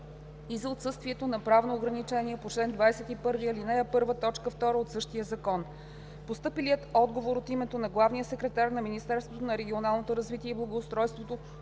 отсъствието на правно ограничение по чл. 21, ал. 1, т. 2 от същия закон. Постъпилият отговор – от името на главния секретар на Министерството на регионалното развитие и благоустройството,